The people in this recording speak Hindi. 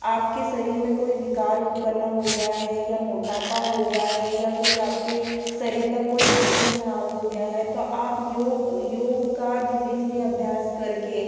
आपके शरीर में कोई विकार उत्पन्न हो गया है या मोटापा हो गया है या कोई आपके शरीर का कोई अंग ख़राब हो गया है तो आप योग योग का धीरे धीरे अभ्यास करके